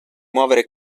muovere